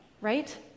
right